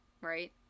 right